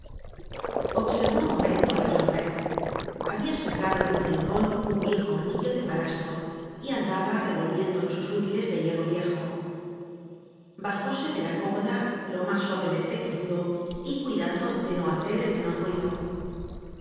observó un momento á la jondrette habia sacado de un rincon un viejo hornillo de palastro y andaba revolviendo en sus útiles de hierro viejo bajóse de la cómoda lo mas suavemente que pudo y cuidando de no hacer el menor ruido